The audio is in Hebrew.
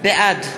בעד